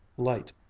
light,